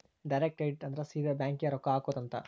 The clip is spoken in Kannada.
ಡೈರೆಕ್ಟ್ ಕ್ರೆಡಿಟ್ ಅಂದ್ರ ಸೀದಾ ಬ್ಯಾಂಕ್ ಗೇ ರೊಕ್ಕ ಹಾಕೊಧ್ ಅಂತ